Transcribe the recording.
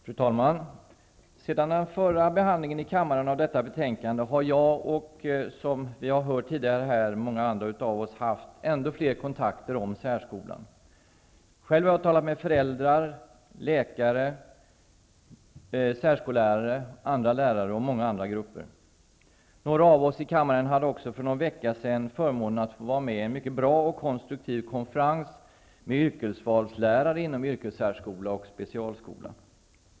Fru talman! Sedan den förra behandlingen av detta betänkande i kammaren har jag och -- som vi har hört tidigare här -- många andra haft ännu fler kontakter om särskolan. Själv har jag talat med föräldrar, läkare, särskollärare, andra lärare och många andra grupper. Några av oss i kammaren hade för någon vecka sedan också förmånen att få vara med i en mycket bra och konstruktiv konferens med yrkesvalslärare inom yrkessärskola och specialskola.